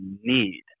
need